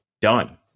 done